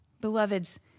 Beloveds